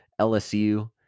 LSU